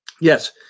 Yes